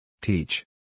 Teach